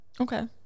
okay